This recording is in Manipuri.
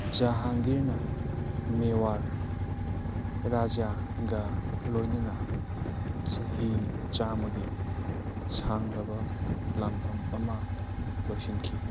ꯖꯍꯥꯡꯒꯤꯔꯅ ꯃꯤꯋꯥꯔ ꯔꯥꯏꯖ꯭ꯌꯥꯒ ꯂꯣꯏꯅꯅ ꯆꯍꯤ ꯆꯥꯝꯃꯒꯤ ꯁꯥꯡꯂꯕ ꯂꯥꯟꯐꯝ ꯑꯃ ꯂꯣꯏꯁꯤꯟꯈꯤ